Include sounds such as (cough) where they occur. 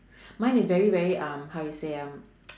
mine is very very um how you say ah (noise)